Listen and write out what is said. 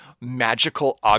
magical